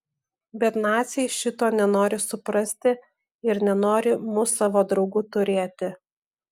bet naciai šito nenori suprasti ir nenori mus savo draugu turėti